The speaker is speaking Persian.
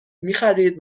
میخرید